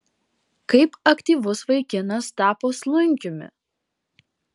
kaip aktyvus vaikinas tapo slunkiumi